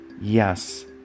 yes